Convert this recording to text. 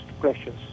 precious